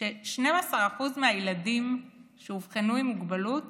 ש-12% מהילדים שאובחנו עם מוגבלות